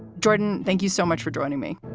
jordan, thank you so much for joining me,